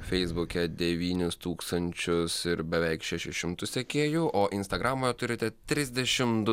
feisbuke devynis tūkstančius ir beveik šešis šimtus sekėjų o instagramoje turite trisdešim du